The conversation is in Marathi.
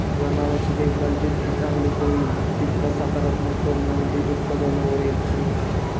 जनावरांची देखभाल जितकी चांगली होईल, तितका सकारात्मक परिणाम दूध उत्पादनावरही दिसून येतो